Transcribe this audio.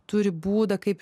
turi būdą kaip